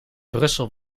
brussel